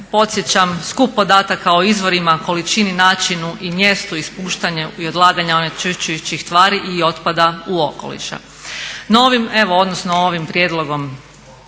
podsjećam skup podataka o izvorima, količini, načinu i mjestu ispuštanja i odlaganja onečišćujućih stvari i otpada u okoliš. Novim, odnosno ovim prijedlogom